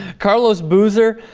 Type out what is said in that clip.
carlos boozer